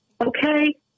Okay